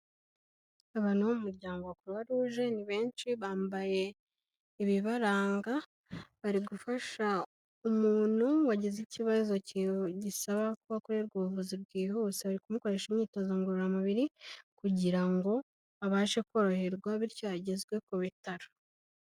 Abantu bo muryango Kuruwa ruje ni benshi bambaye ibibaranga bari gufasha umuntu wagize ikibazo gisaba ko akorerwa ubuvuzi bwihuse bari kumukoresha imyitozo ngororamubiri kugira ngo abashe koroherwa bityo agezwe ku bitaro.